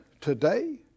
today